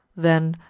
then,